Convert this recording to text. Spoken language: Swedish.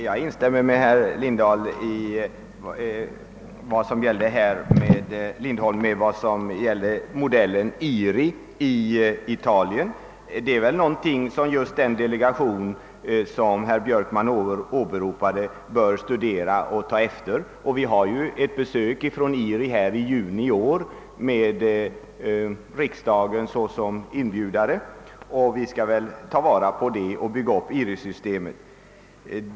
Herr talman! Jag instämmer med herr Lindholm beträffande modellen IRI i Italien. Detta är någonting som just den delegation som herr Björkman åberopade bör studera och ta efter. I juni i år får vi ju också besök från IRI, varvid riksdagen står som inbjudare, och jag tycker vi skall ta vara på möjligheterna och bygga upp ett IRI-system.